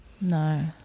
No